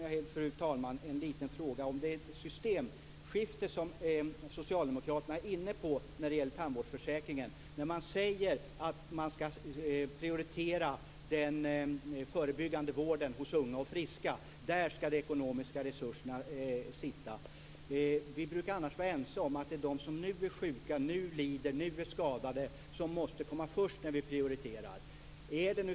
Jag har en fråga om det systemskifte som socialdemokraterna är inne på när det gäller tandvårdsförsäkringen. Man säger att man skall prioritera den förebyggande vården hos unga och friska. Där skall de ekonomiska resurserna sitta. Vi brukar annars vara ense om att de som nu blir sjuka, lidande och skadade måste komma först när vi gör prioriteringar.